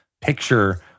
picture